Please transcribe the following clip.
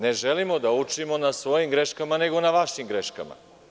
Ne želimo da učimo na svojim greškama, nego na vašim greškama.